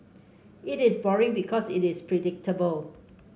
it is boring because it is predictable